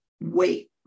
wait